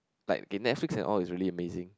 like K Netflix and all is really amazing